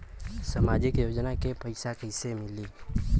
सामाजिक योजना के पैसा कइसे मिली?